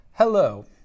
Hello